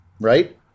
right